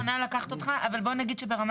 אני מוכנה לקחת אותך אבל בוא נגיד שברמה